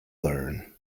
learn